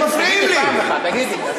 תגידי.